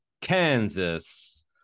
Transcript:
kansas